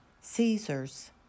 Caesar's